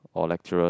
or lecturers